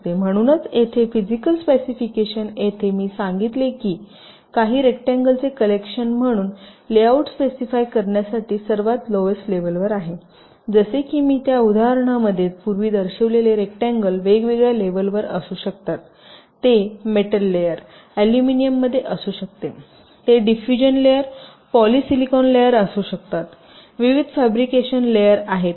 म्हणून येथे physical specification येथे मी सांगितले की काही रेक्टट्यांगल चे कलेक्शन म्हणून लेआउट स्पेसिफाय करण्यासाठी सर्वात लोवेस्ट लेवलवर जसे की मी त्या उदाहरणामध्ये पूर्वी दर्शविलेले रेक्टट्यांगल वेगवेगळ्या लेवलवर असू शकतात ते मेटल लेयर अॅल्युमिनियममध्ये असू शकते ते डिफूझन लेयर पॉलिसिलिकॉन लेयर असू शकतात विविध फॅब्रिकेशन लेयर आहेत